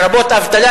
לרבות האבטלה,